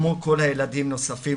כמו עוד הרבה ילדים נוספים,